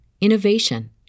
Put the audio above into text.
innovation